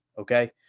Okay